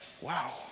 wow